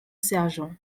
sergent